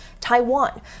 Taiwan